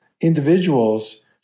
individuals